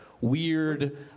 weird